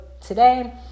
today